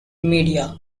media